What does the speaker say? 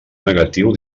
negatiu